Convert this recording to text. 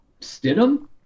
stidham